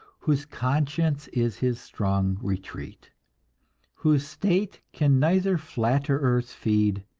whose conscience is his strong retreat whose state can neither flatterers feed,